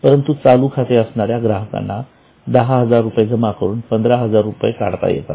परंतु चालू खाते असणाऱ्या ग्राहकांना दहा हजार रुपये जमा करून पंधरा हजार रुपये काढता येतात